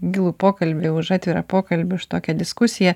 gilų pokalbį už atvirą pokalbį už tokią diskusiją